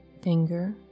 finger